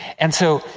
and so,